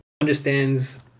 understands